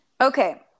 Okay